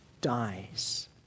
dies